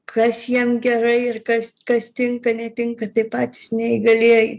kas jiem gerai ir kas kas tinka netinka tai patys neįgalieji